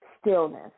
Stillness